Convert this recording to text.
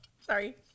Sorry